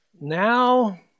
Now